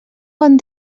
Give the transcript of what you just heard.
bon